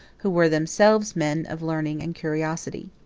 who were themselves men of learning and curiosity.